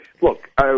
look